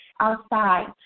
outside